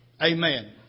Amen